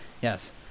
Yes